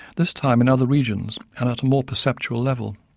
this time in other regions and at a more perceptual level.